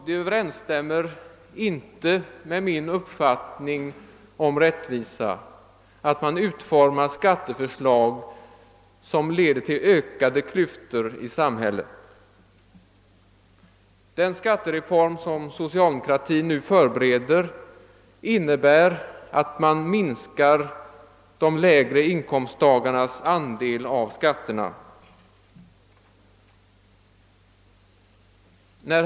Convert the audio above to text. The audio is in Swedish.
Det överensstämmer inte med min uppfattning om rättvisa att man utformar skatteförslag som leder till ökade klyftor i samhället. Den skattereform som socialdemokratin nu förbereder innebär att de lägre inkomsttagarnas andel av skatterna minskar.